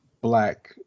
black